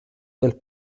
del